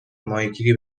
ماهیگیری